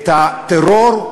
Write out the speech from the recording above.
הטרור,